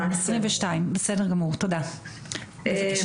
22, בסדר גמור, תודה, בבקשה.